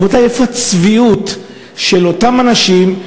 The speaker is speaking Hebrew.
רבותי, הצביעות של אותם אנשים,